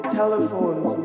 telephones